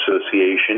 Association